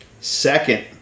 Second